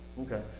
Okay